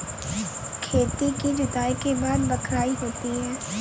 खेती की जुताई के बाद बख्राई होती हैं?